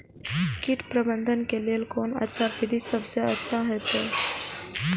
कीट प्रबंधन के लेल कोन अच्छा विधि सबसँ अच्छा होयत अछि?